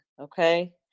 okay